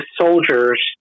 soldiers